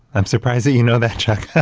i'm surprised that you know that, chuck.